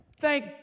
Thank